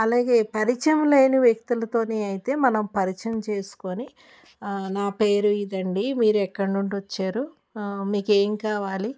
అలాగే పరిచయం లేని వ్యక్తులతోని అయితే మనం పరిచయం చేసుకొని నా పేరు ఇదండీ మీరు ఎక్కడ నుండి వచ్చారు మీకేం కావాలి